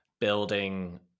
building